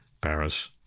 Paris